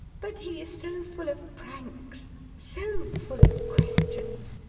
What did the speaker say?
but he is so full of pranks, so full of questions,